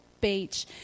beach